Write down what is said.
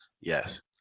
Yes